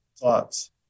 thoughts